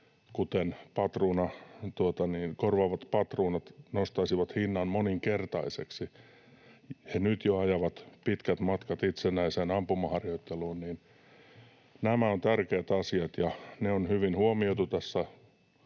kuten korvaavat patruunat nostaisivat hinnan moninkertaiseksi, ja he nyt jo ajavat pitkät matkat itsenäiseen ampumaharjoitteluun — on tärkeä asia, ja nämä on hyvin huomioitu